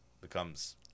becomes